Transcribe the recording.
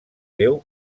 déu